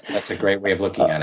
that's a great way of looking and